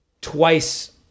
twice